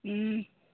ও